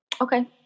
Okay